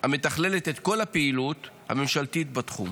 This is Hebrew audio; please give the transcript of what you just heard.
המתכללת את כל הפעילות הממשלתית בתחום.